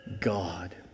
God